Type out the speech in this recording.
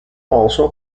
also